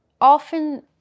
often